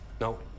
no